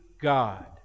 God